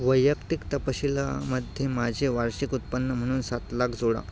वैयक्तिक तपशीलामध्ये माझे वार्षिक उत्पन्न म्हणून सात लाख जोडा